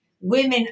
women